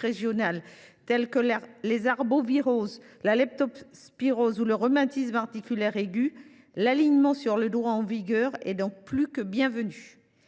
régionales telles que les arboviroses, la leptospirose ou le rhumatisme articulaire aigu, l’alignement sur le droit en vigueur est plus que bienvenu.